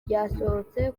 ryasohotse